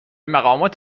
مقامات